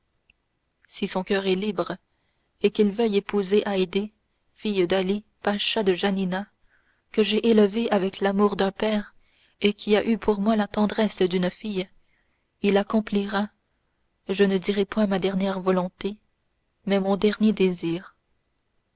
si son coeur est libre et qu'il veuille épouser haydée fille d'ali pacha de janina que j'ai élevée avec l'amour d'un père et qui a eu pour moi la tendresse d'une fille il accomplira je ne dirai point ma dernière volonté mais mon dernier désir